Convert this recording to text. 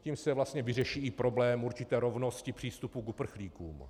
Tím se vlastně vyřeší i problém určité rovnosti přístupu k uprchlíkům.